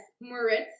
Moritz